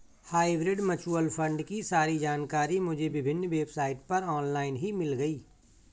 hybrid mutual fund की सारी जानकारी मुझे विभिन्न वेबसाइट पर ऑनलाइन ही मिल गयी